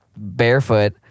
barefoot